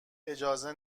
اجازه